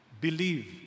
believe